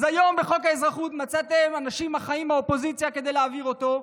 אז היום בחוק האזרחות מצאתם אנשים אחראים באופוזיציה כדי להעביר אותו,